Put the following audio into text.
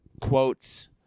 quotes